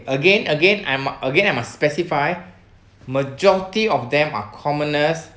again again I'm again I must specify majority of them are commoners